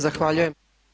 Zahvaljujem.